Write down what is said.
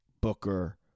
Booker